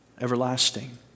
everlasting